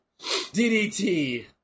DDT